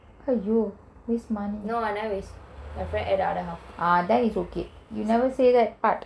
!aiyo! waste money ah that is okay you never say that part